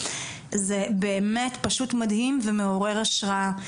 זה פשוט מדהים ומעורר השראה.